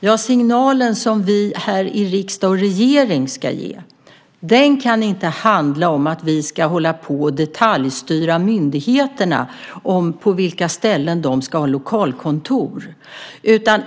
Den signal som vi i riksdag och regering ska ge kan inte handla om att vi ska detaljstyra myndigheterna när det gäller på vilka ställen som de ska ha lokalkontor.